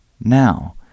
Now